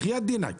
בחיאת דינק.